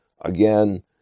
Again